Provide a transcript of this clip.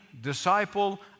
disciple